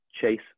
Chase